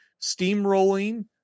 steamrolling